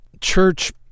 church